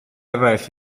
eraill